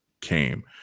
came